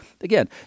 Again